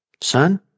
Son